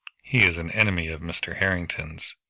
he is an enemy of mr. harrington's,